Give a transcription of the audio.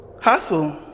hustle